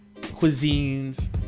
cuisines